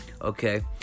okay